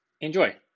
Enjoy